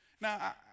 Now